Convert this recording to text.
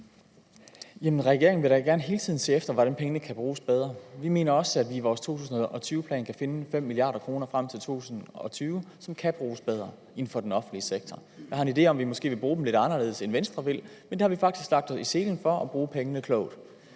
regeringen vil hele tiden gerne se efter, om pengene kan bruges bedre. Vi mener også, at vi i vores 2020-plan kan finde 5 mia. kr., som frem til 2020 kan bruges bedre inden for den offentlige sektor. Vi har en idé om, at vi måske vil bruge dem lidt anderledes, end Venstre vil, men vi har faktisk lagt os i selen for at bruge pengene klogt.